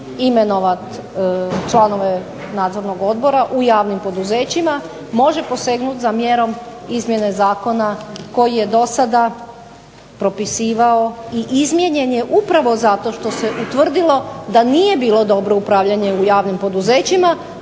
imenovat članove Nadzornog odbora u javnim poduzećima može posegnut za mjerom izmjene Zakona koji je do sada propisivao i izmijenjen je upravo zato što se utvrdilo da nije bilo dobro upravljanje u javnim poduzećima.